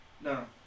no